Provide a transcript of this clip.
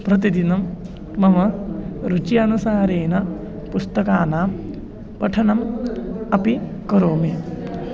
प्रतिदिनं मम रुचि अनुसारेण पुस्तकानां पठनम् अपि करोमि